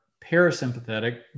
parasympathetic